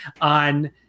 on